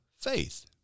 faith